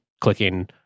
clicking